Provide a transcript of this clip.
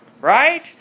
Right